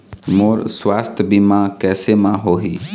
मोर सुवास्थ बीमा कैसे म होही?